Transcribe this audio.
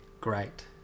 great